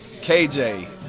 KJ